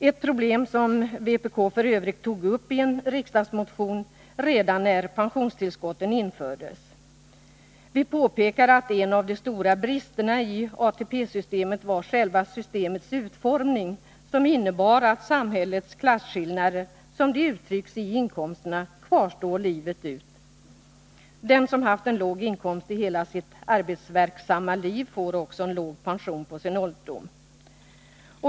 12 november 1980 Detta är f. ö. ett problem som vpk tog upp i en riksdagsmotion redan när pensionstillskotten infördes. Vi påpekade att en av de stora bristerna i Vissa ATP-frågor ATP-systemet var själva systemets utformning, som innebar att samhällets klasskillnader som de uttrycks i inkomsterna kvarstår livet ut. Den som haft en låg inkomst hela sitt arbetsverksamma liv får också en låg pension på sin ålderdom.